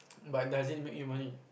but does it make you money